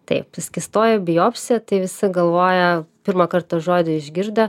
taip tai skystoji biopsija tai visi galvoja pirmą kartą žodį išgirdę